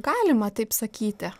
galima taip sakyti